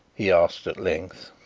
he asked at length.